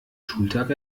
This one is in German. schultag